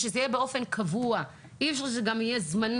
ושזה יהיה באופן קבוע; אי אפשר שזה יהיה זמני.